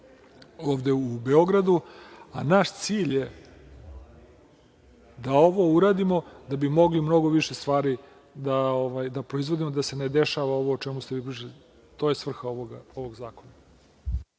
ovde u Beogradu, a naš cilj je da ovo uradimo da bi mogli mnogo više stvari da proizvedemo, da se ne dešava ovo o čemu ste vi pričali. To je svrha ovog zakona.